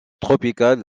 tropical